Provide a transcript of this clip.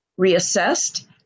reassessed